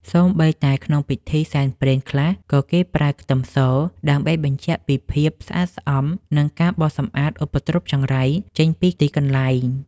សូម្បីតែក្នុងពិធីសែនព្រេនខ្លះក៏គេប្រើខ្ទឹមសដើម្បីបញ្ជាក់ពីភាពស្អាតស្អំនិងការបោសសម្អាតឧបទ្រពចង្រៃចេញពីទីកន្លែង។